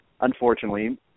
unfortunately